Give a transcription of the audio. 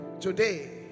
Today